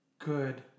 Good